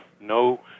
no